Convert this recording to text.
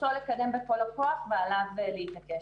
אותו לקדם בכל הכוח ועליו להתעקש.